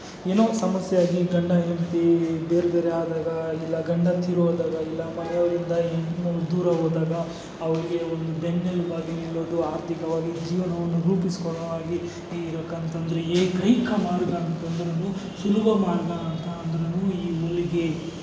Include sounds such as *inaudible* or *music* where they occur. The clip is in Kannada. ಏನೋ ಸಮಸ್ಯೆ ಆಗಲಿ ಗಂಡ ಹೆಂಡತಿ ಬೇರೆ ಬೇರೆ ಆದಾಗ ಇಲ್ಲ ಗಂಡ ತೀರಿ ಹೋದಾಗ ಇಲ್ಲ ಮನೆಯವರಿಂದ ಹೆಣ್ಣು ದೂರ ಹೋದಾಗ ಅವರಿಗೆ ಒಂದು ಬೆನ್ನೆಲುಬು ಆಗಿ ನಿಲ್ಲೋದು ಆರ್ಥಿಕವಾಗಿ ಜೀವನವನ್ನು ರೂಪಿಸಿಕೊಳ್ಳೊ ಆಗಿ *unintelligible* ಏಕೈಕ ಮಾರ್ಗ ಅಂತಂದರೂ ಸುಲಭ ಮಾರ್ಗ ಅಂತ ನಂಬಿಕೆ ಹೊಲಿಗೆ